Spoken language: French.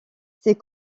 ces